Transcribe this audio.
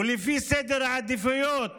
ולפי סדר העדיפויות